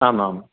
आम् आम्